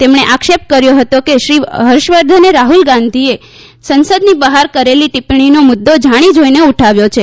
તેમણે આક્ષેપ કર્યો હતો કે શ્રી હર્ષવર્ધને રાહૂલ ગાંધીએ સંસદની બહાર કરેલી ટીપ્પણીનો મુદ્દો જાણી જોઈને ઉઠાવ્યો છે